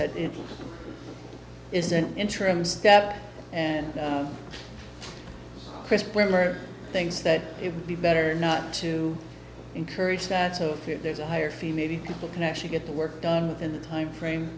had is an interim step and chris bremmer things that it would be better not to encourage that so there's a higher fee maybe people can actually get the work done within the timeframe